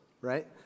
right